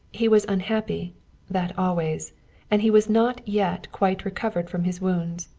he was unhappy that always and he was not yet quite recovered from his wounds.